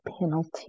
penalty